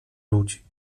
ludzi